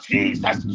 Jesus